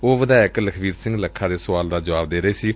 ਉਹ ਵਿਧਾਇਕ ਲਖਬੀਰ ਸਿੰਘ ਲੱਖਾਂ ਦੇ ਸੁਆਲ ਦਾ ਜੁਆਬ ਦੇ ਰਹੇ ਸਨ